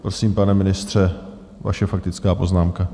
Prosím, pane ministře, vaše faktická poznámka.